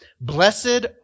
blessed